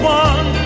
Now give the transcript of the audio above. one